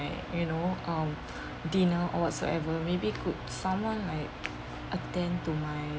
you know um dinner or whatsoever maybe could someone like attend to my